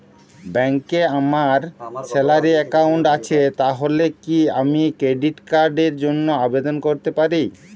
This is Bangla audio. ব্যাংকে আমার স্যালারি অ্যাকাউন্ট আছে তাহলে কি আমি ক্রেডিট কার্ড র জন্য আবেদন করতে পারি?